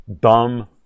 dumb